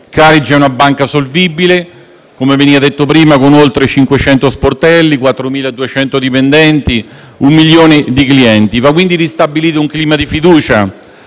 Carige è una banca solvibile, come è stato detto prima, con oltre 500 sportelli bancari, 4.200 dipendenti, un milione di clienti. Va quindi ristabilito un clima di fiducia.